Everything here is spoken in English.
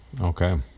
Okay